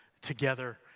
together